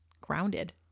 grounded